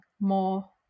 more